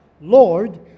Lord